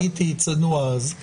הייתי צנוע אז.